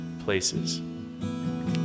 places